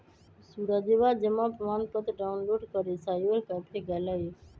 सूरजवा जमा प्रमाण पत्र डाउनलोड करे साइबर कैफे गैलय